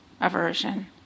aversion